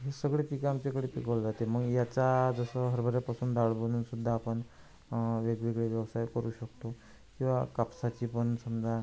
ही सगळी पिकं आमच्याकडे पिकवलं जाते मग याचा जसं हरभऱ्यापासून डाळ बनवूनसुद्धा आपण वेगवेगळे व्यवसाय करू शकतो किंवा कापसाची पण समजा